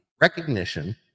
recognition